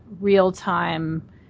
real-time